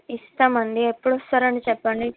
ఇస్తాం అండి ఎప్పుడు వస్తారని చెప్పండి